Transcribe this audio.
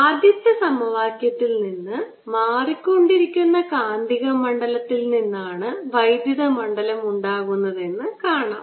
ആദ്യത്തെ സമവാക്യത്തിൽ നിന്ന് മാറിക്കൊണ്ടിരിക്കുന്ന കാന്തിക മണ്ഡലത്തിൽ നിന്നാണ് വൈദ്യുത മണ്ഡലം ഉണ്ടാകുന്നതെന്ന് കാണാം